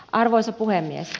arvoisa puhemies